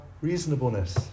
reasonableness